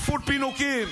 בועז ביסמוט,